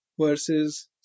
versus